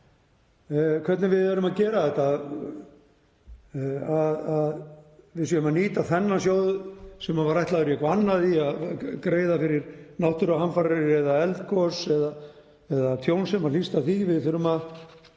hvernig við erum að gera þetta, að við séum að nýta þennan sjóð sem var ætlaður í eitthvað annað, í að greiða fyrir náttúruhamfarir eða eldgos eða tjón sem hlýst af því, við þurfum að